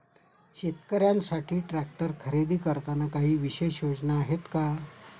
शेतकऱ्यांसाठी ट्रॅक्टर खरेदी करताना काही विशेष योजना आहेत का?